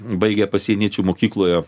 baigę pasieniečių mokykloje